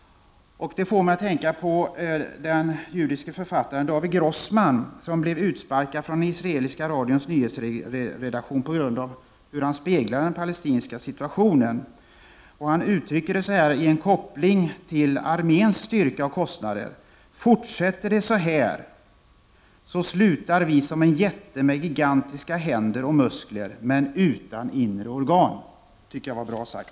Det får mig att tänka på den judiske författaren David Grossman, som blev utsparkad från den israeliska radions nyhetsredaktion på grund av det sätt han speglade den palestinska situationen på. Han uttrycker det så här med en koppling till arméns styrka och kostnader: Fortsätter det så här, slutar vi som en jätte med gigantiska händer och muskler, men utan inre organ. Det tycker jag var bra sagt.